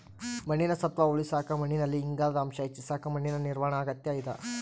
ಮಣ್ಣಿನ ಸತ್ವ ಉಳಸಾಕ ಮಣ್ಣಿನಲ್ಲಿ ಇಂಗಾಲದ ಅಂಶ ಹೆಚ್ಚಿಸಕ ಮಣ್ಣಿನ ನಿರ್ವಹಣಾ ಅಗತ್ಯ ಇದ